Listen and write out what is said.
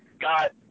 got